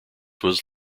was